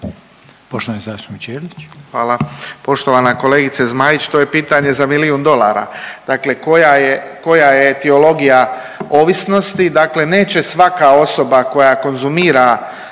Ivan (HDZ)** Hvala. Poštovana kolegice Zmaić, to je pitanje za milijun dolara. Dakle, koja je, koja je etiologija ovisnosti, dakle neće svaka osoba koja konzumira